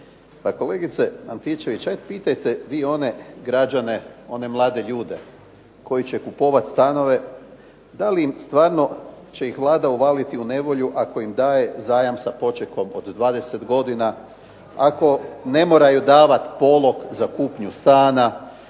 Kolegice Antičević, pitajte vi one građane, one mlade ljude koji će kupovati stanove da li će ih stvarno Vlada uvaliti u nevolju ako im daje zajam sa počekom od 20 godina, ako ne moraju davati polog za kupnju stana,